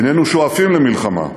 איננו שואפים למלחמה,